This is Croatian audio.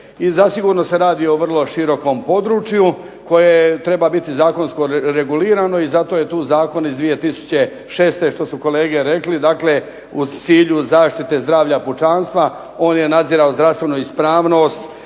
zasigurno se radi o vrlo širokom području koje treba biti zakonski regulirano, i zato je tu zakon iz 2006. što su kolege rekli u cilju zaštite zdravlja pučanstva, on je nadzirao zdravstvenu ispravnost